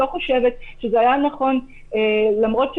אף על פי שהצפנו את זה בעבר אני לא חושבת שזה היה נכון להוסיף את